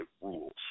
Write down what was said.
rules